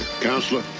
Counselor